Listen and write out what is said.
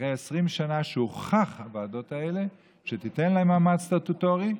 אחרי 20 שנה שהוכחו הוועדות האלה שתיתן להן מעמד סטטוטורי.